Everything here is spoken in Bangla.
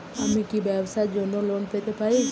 আমি কি ব্যবসার জন্য লোন পেতে পারি?